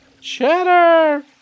Cheddar